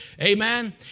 Amen